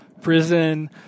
prison